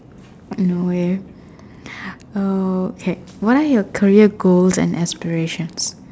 in a way okay what are your career goals and aspirations